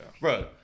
Bro